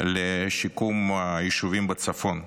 לשיקום היישובים בצפון.